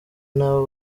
n’abo